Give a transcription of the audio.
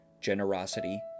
generosity